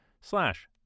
slash